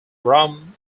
rum